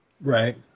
Right